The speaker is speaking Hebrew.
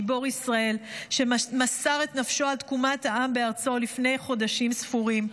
גיבור ישראל שמסר את נפשו על תקומת העם בארצו לפני חודשים ספורים.